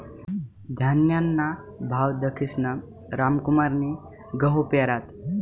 धान्यना भाव दखीसन रामकुमारनी गहू पेरात